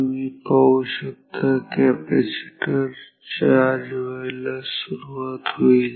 तुम्ही पाहू शकता कॅपॅसिटर चार्ज व्हायला सुरुवात होईल